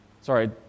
sorry